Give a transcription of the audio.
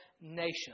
nations